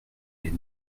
est